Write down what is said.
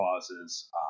causes